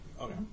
Okay